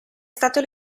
stato